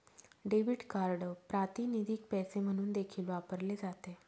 debit card प्रातिनिधिक पैसे म्हणून देखील वापरले जाते